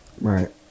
Right